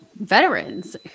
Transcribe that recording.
veterans